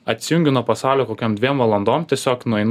atsijungiu nuo pasaulio kokiom dviem valandom tiesiog nueinu